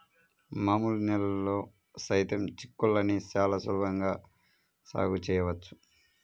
మామూలు నేలల్లో సైతం చిక్కుళ్ళని చాలా సులభంగా సాగు చేయవచ్చు